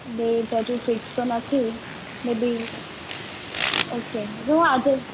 date હજુ fix તો નથી મે બી ઓકે હું આજે જ